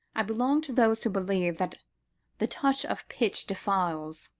i belong to those who believe that the touch of pitch defiles.